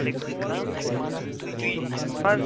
وعلیکُم سَلام تُہۍ کٕم حظ